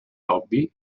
hobby